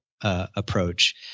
approach